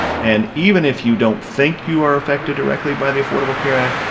and even if you don't think you are affected directly by the affordable care act,